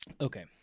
Okay